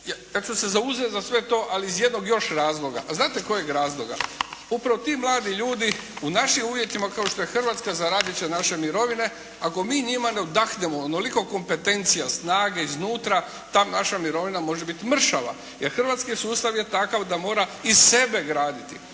ja ću se zauzeti za sve to, ali iz jednog još razloga, a znate kojeg razloga. Upravo ti mladi ljudi u našim uvjetima kao što je Hrvatska zaradit će naše mirovine, ako mi njima ne udahnemo onoliko kompetencija, snage iznutra, ta naša mirovina može biti mršava, jer hrvatski sustav je takav da mora iz sebe graditi.